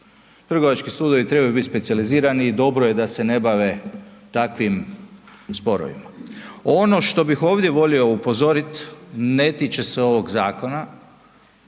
Trgovački sudovi trebaju biti specijalizirani i dobro je da se ne bave takvim sporovima. Ono što bih ovdje volio upozorit ne tiče ovog zakona,